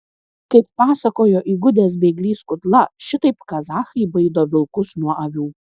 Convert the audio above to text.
kaip pasakojo įgudęs bėglys kudla šitaip kazachai baido vilkus nuo avių